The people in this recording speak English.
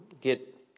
get